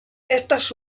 estas